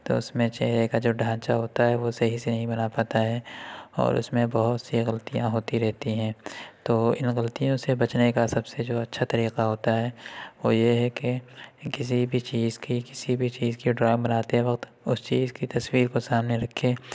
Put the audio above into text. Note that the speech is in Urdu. تو اس میں چہرے کا جو ڈھانچہ ہوتا ہے وہ صحیح سے نہیں بنا پاتا ہے اور اس میں بہت سی غلطیاں ہوتی رہتی ہیں تو ان غلطیوں سے بچنے کا سب سے جو اچھا طریقہ ہوتا ہے وہ یہ ہے کہ کسی بھی چیز کی کسی بھی چیز کی ڈرائنگ بناتے وقت اس چیز کی تصویر کو سامنے رکھیں